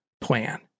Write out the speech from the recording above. plan